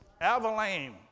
Avalane